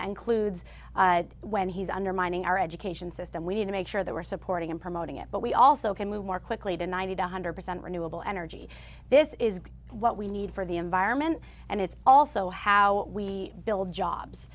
that includes when he's undermining our education system we need to make sure that we're supporting and promoting it but we also can move more quickly to ninety to one hundred percent renewable energy this is what we need for the environment and it's also how we build jobs